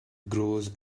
grows